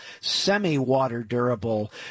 semi-water-durable